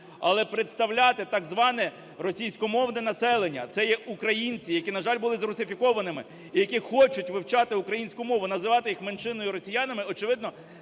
Але представляти так зване російськомовне населення… Це є українці, які, на жаль, були зрусифікованими і які хочуть вивчати українську мову, називати їх меншиною і росіянами, очевидно,